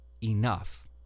enough